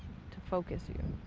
to focus you.